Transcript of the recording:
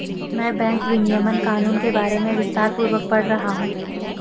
मैं बैंक विनियमन कानून के बारे में विस्तारपूर्वक पढ़ रहा हूं